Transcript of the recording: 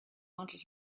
wanted